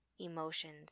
emotions